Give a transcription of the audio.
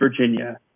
Virginia